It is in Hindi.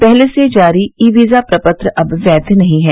पहले से जारी ई वीजा प्रपत्र अब वैध नहीं हैं